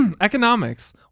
economics